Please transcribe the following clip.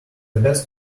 best